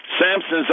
samson's